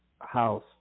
house